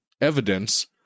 evidence